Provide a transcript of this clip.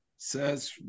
Says